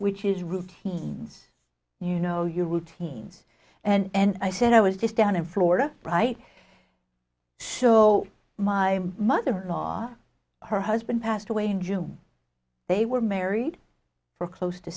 which is routines you know your routines and i said i was just down in florida right so my mother because her husband passed away in june they were married for close to